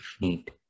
need